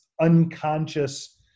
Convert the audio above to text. unconscious